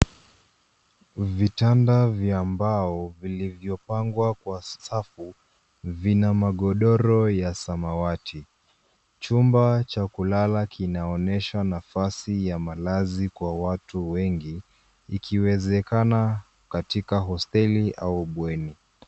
Vitanda vya mbao vilivyopangwa kwa safu vina magodoro ya samawati. Chumba cha kulala kinaonyesha nafasi ya malazi kwa watu wengi ikiwezekana katika hosteli au bweni.